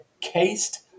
cased